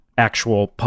actual